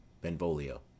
Benvolio